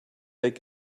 take